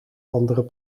andere